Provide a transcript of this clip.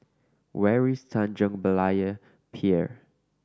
where is Tanjong Berlayer Pier